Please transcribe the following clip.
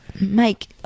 Mike